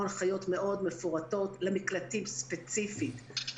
הנחיות מאוד מפורטות למקלטים ספציפיים,